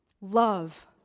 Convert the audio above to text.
love